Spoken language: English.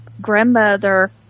Grandmother